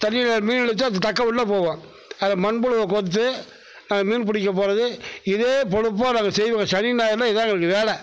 தண்ணியில் மீன் இழுத்தால் அந்த தக்கை உள்ளே போகும் அது மண்புழுவை கோர்த்து அது மீன் பிடிக்க போகிறது இதே பொழப்பாக நாங்கள் செய்வோம் சனி ஞாயிறில் இதான் எங்களுக்கு வேலை